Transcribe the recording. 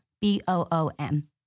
B-O-O-M